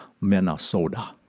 Minnesota